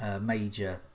major